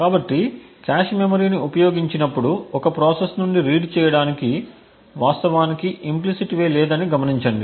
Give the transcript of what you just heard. కాబట్టి కాష్ మెమరీని ఉపయోగించినప్పుడు ఒక ప్రాసెస్ నుండి రీడ్ చేయడానికి వాస్తవానికి ఇంప్లిసిట్ వే లేదని గమనించండి